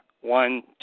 one